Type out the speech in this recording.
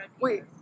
wait